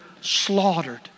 slaughtered